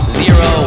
zero